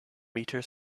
meter